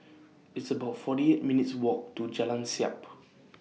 It's about forty eight minutes' Walk to Jalan Siap